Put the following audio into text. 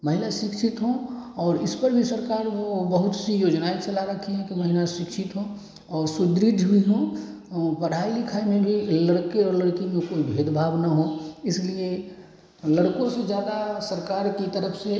महिला शिक्षित हों और इस पर भी सरकार वो बहुत सी योजनाएँ चला रखी हैं कि महिला शिक्षित हों और सुदृढ़ भी हों पढ़ाई लिखाई में भी लड़के और लड़की में कोई भेदभाव ना हो इसलिए लड़कों से ज़्यादा सरकार की तरफ से